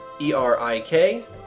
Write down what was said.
E-R-I-K